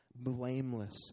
blameless